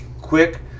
quick